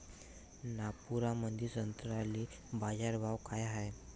नागपुरामंदी संत्र्याले बाजारभाव काय हाय?